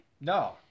No